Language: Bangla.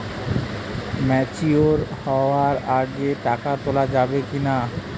ম্যাচিওর হওয়ার আগে টাকা তোলা যাবে কিনা?